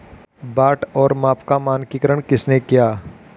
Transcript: बाट और माप का मानकीकरण किसने किया?